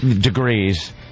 degrees